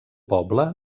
poble